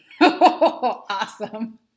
Awesome